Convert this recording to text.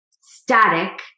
static